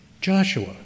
Joshua